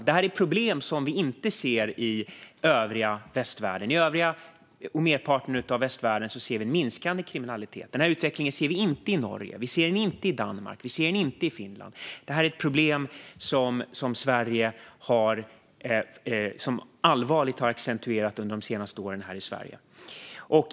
Detta är problem som vi inte ser i den övriga västvärlden. I huvuddelen av västvärlden ser vi minskande kriminalitet. Vi ser inte denna utveckling i Norge, Danmark eller Finland. Detta är ett problem som allvarligt har accentuerats under de senaste åren här i Sverige.